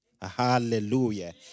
Hallelujah